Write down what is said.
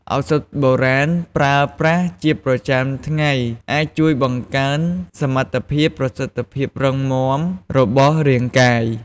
ឱសថបុរាណប្រើប្រាស់ជាប្រចាំថ្ងៃអាចជួយបង្កើនសមត្ថភាពប្រសិទ្ធភាពរឹងមាំរបស់រាងកាយ។